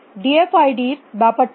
D F I D এর ব্যাপারটি কী